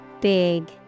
Big